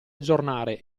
aggiornare